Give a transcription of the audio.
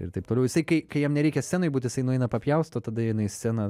ir taip toliau jisai kai kai jam nereikia scenoj būt jisai nueina papjausto tada eina į sceną